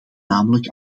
namelijk